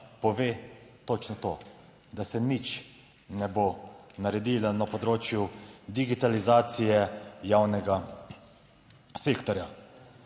pove točno to - da se nič ne bo naredilo na področju digitalizacije javnega sektorja.